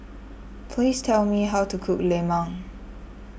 please tell me how to cook Lemang